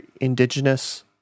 indigenous